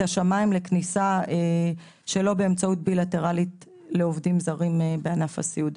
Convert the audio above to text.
השמים לכניסה שלא באמצעות המסלול הבילטרלי לעובדים זרים בענף הסיעוד.